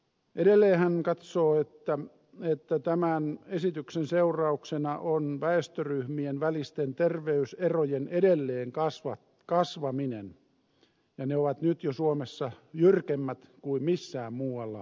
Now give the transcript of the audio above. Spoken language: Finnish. edelleen hän katsoo että tämän esityksen seurauksena on väestöryhmien välisten terveyserojen edelleen kasvaminen ja ne ovat nyt jo suomessa jyrkemmät kuin missään muualla euroopan maassa